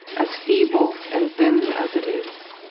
as feeble and thin as it is,